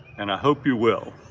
and i hope you will.